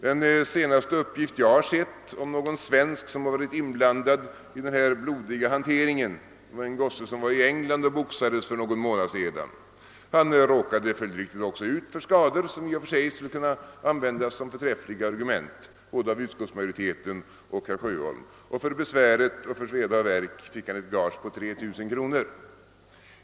Den senaste uppgift jag har sett om någon svensk som varit inblandad i denna blodiga hantering gällde en gosse som var i England och boxades för någon månad sedan. Han råkade följdriktigt också ut för skador vilka i och för sig skulle kunna användas som förträffliga argument av både utskottsmajoriteten och herr Sjöholm. För besväret och för sveda och värk fick han ett gage på 3 000 kronor.